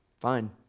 fine